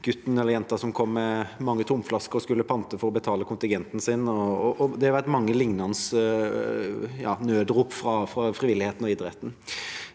gutten som kom med mange tomflasker og skulle pante for å betale kontingenten sin. Det har vært mange lignende nødrop fra frivilligheten og idretten.